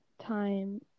time